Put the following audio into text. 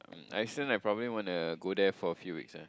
um Iceland I probably wanna go there for a few weeks ah